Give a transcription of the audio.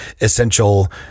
essential